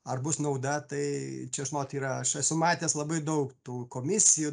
ar bus nauda tai čia žinot yra aš esu matęs labai daug tų komisijų